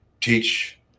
teach